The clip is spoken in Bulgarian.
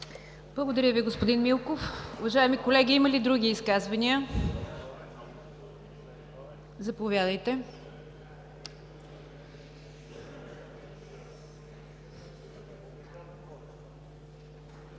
Благодаря Ви, господин Милков. Уважаеми колеги, има ли други изказвания? Заповядайте.